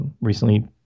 recently